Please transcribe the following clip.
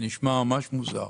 וזה נשמע ממש מוזר,